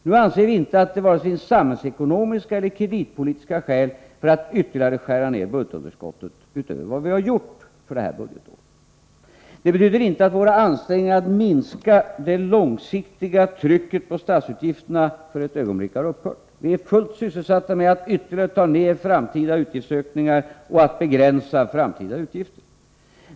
Nu anser vi inte att det finns vare sig samhällsekonomiska eller kreditpolitiska skäl för att ytterligare skära ner budgetunderskottet utöver vad vi har gjort för detta budgetår. Det betyder inte att våra ansträngningar att minska det långsiktiga trycket på statsutgifterna för ett ögonblick har upphört — vi är fullt sysselsatta med att ytterligare ta ner framtida utgiftsökningar och att begränsa framtida utgifter.